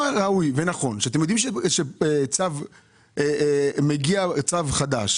היה ראוי ונכון שכשאתם יודעים שמגיע צו חדש